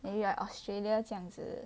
maybe like Australia 这样子